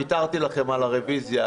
ויתרתי לכם על הרביזיה,